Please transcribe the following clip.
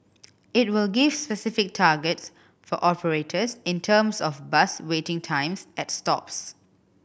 it will give specific targets for operators in terms of bus waiting times at stops